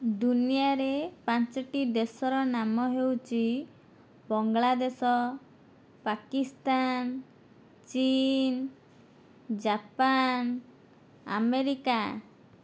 ଦୁନିଆରେ ପାଞ୍ଚଟି ଦେଶର ନାମ ହେଉଛି ବଙ୍ଗଳାଦେଶ ପାକିସ୍ତାନ ଚୀନ ଜାପାନ ଆମେରିକା